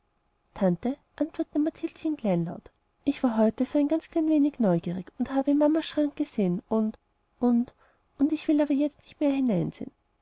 tante antwortete mathildchen kleinlaut ich war heute so ein ganz klein wenig neugierig und habe in mamas schrank gesehen und und ich will aber jetzt nicht mehr hinsehen